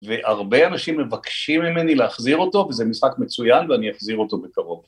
והרבה אנשים מבקשים ממני להחזיר אותו וזה משחק מצוין ואני אחזיר אותו בקרוב.